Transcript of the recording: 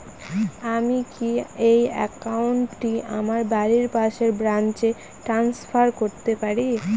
আমি কি এই একাউন্ট টি আমার বাড়ির পাশের ব্রাঞ্চে ট্রান্সফার করতে পারি?